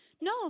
No